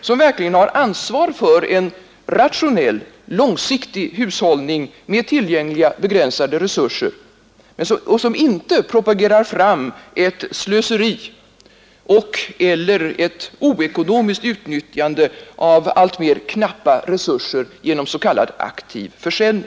som med verkligt ansvar för en rationell och långsiktig hushållning med tillgängliga begränsade resurser inte propagerar fram ett slöseri och/eller ett oekonomiskt utnyttjande av alltmer knappa resurser genom s.k. aktiv försäljning.